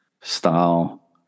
style